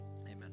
amen